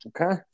Okay